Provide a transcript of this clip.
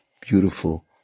beautiful